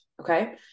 okay